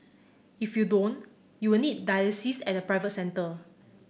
if you don't you will need dialysis at a private centre